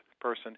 person